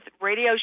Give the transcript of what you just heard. radio